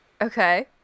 okay